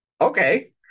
okay